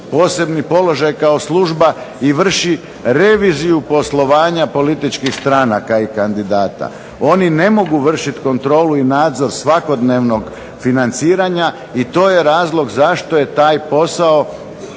posebni položaj kao služba i vrši reviziju poslovanja političkih stranaka i kandidata. Oni ne mogu vršit kontrolu i nadzor svakodnevnog financiranja. I to je razlog zašto je taj posao